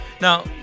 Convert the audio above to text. Now